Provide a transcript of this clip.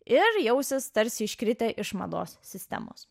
ir jausis tarsi iškritę iš mados sistemos